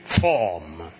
form